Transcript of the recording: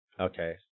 Okay